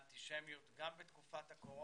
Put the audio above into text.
הקליטה והתפוצות.